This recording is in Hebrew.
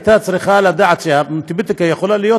והייתה צריכה לדעת שאנטיביוטיקה יכולה להיות